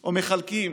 או מחלקים.